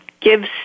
gives